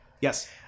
Yes